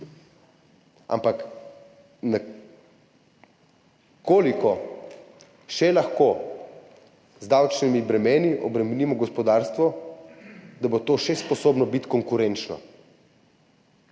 ampak koliko še lahko z davčnimi bremeni obremenimo gospodarstvo, da bo to še sposobno biti konkurenčno?